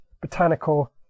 botanical